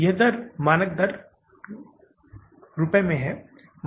यहाँ की दर मानक दर रुपए में है